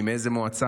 מאיזו מועצה,